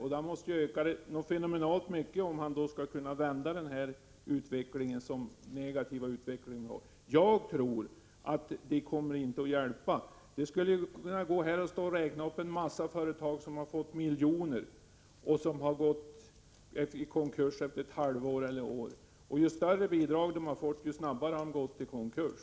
Men bidragen måste öka oerhört mycket, om den negativa utvecklingen skall kunna vändas. Jag tror emellertid att det inte kommer att hjälpa. Jag skulle kunna räkna upp en mängd företag, som har fått miljoner men som trots detta har gått i konkurs efter ett halvår eller ett år. Ju större bidrag de har fått, desto snabbare har de gått i konkurs.